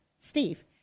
Steve